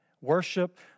Worship